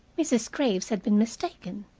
mrs. graves had been mistaken.